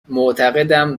معتقدم